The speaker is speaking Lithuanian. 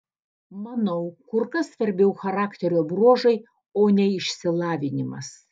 manau kur kas svarbiau charakterio bruožai o ne išsilavinimas